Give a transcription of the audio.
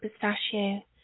pistachio